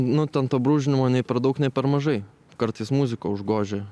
nu ten to brūžinimo nei per daug nei per mažai kartais muzika užgožia